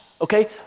okay